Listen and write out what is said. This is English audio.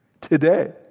today